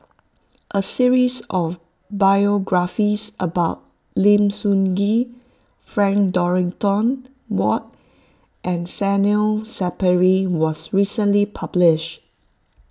a series of biographies about Lim Sun Gee Frank Dorrington Ward and Zainal Sapari was recently publish